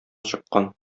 чыккан